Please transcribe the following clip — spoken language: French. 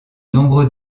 nombreux